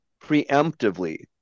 preemptively